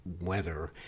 weather